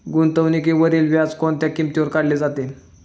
गुंतवणुकीवरील व्याज कोणत्या किमतीवर काढले जाते?